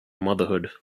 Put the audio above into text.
motherhood